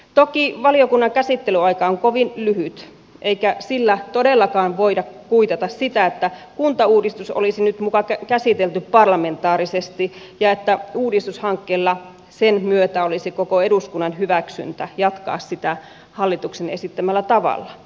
toki valiokunnan käsittelyaika on kovin lyhyt eikä sillä todellakaan voida kuitata sitä että kuntauudistus olisi nyt muka käsitelty parlamentaarisesti ja että uudistushankkeella sen myötä olisi koko eduskunnan hyväksyntä jatkaa sitä hallituksen esittämällä tavalla